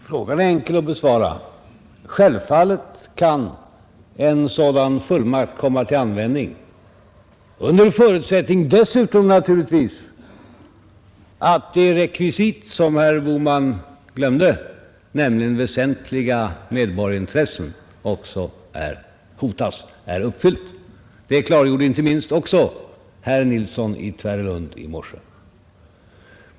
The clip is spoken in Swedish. Herr talman! Frågan är enkel att besvara. Självfallet kan en sådan fullmakt komma till användning, under förutsättning dessutom naturligtvis att det rekvisit som herr Bohman glömde, nämligen att väsentliga medborgarintressen hotas, också är uppfyllt. Det klargjorde inte minst herr Nilsson i Tvärålund i morse.